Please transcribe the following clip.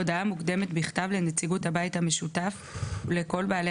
הודעה מוקדמת בכתב לנציגות הבית המשותף ולכל בעלי